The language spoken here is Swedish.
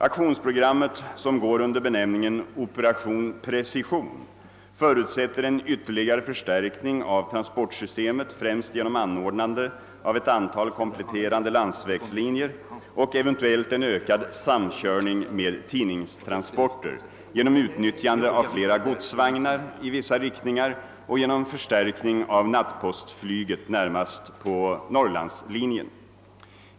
Aktionsprogrammet — som går under benämningen Operation Precision — förutsätter en ytterligare förstärkning av transportsystemet främst genom anordnande av ett antal kompletterande landsvägslinjer och eventuellt en ökad samkörning med tidningstransporter, genom utnyttjande av fler godsvagnar i vissa riktningar och genom förstärkning av nattpostflyget, närmast på Norrlandslinjen.